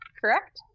correct